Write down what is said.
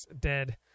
dead